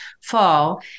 fall